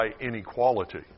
inequality